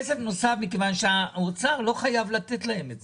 מכיוון שהאוצר לא חייב לתת, הוא